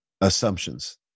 assumptions